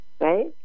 right